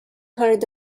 heard